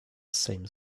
same